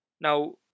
Now